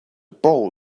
bowl